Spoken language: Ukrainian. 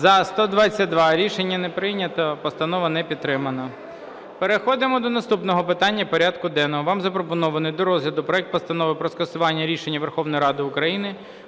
За-122 Рішення не прийнято. Постанова не підтримана. Переходимо до наступного питання порядку денного. Вам запропонований до розгляду проект Постанови про скасування рішення Верховної Ради України